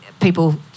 people